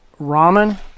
ramen